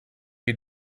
you